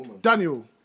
Daniel